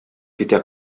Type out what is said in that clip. китә